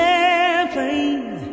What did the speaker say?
airplane